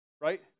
Right